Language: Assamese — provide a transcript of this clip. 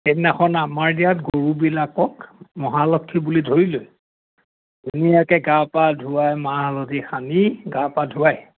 সেইদিনাখন আমাৰ ইয়াত গৰুবিলাকক মহালক্ষী বুলি ধৰি লৈ ধুনীয়াকে গা পা ধুৱাই মাহ হালধি সানি গা পা ধোৱাই